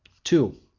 two.